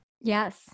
Yes